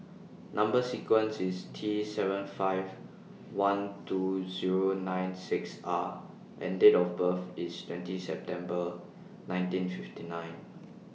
Number sequence IS T seven five one two Zero nine six R and Date of birth IS twenty September nineteen fifty nine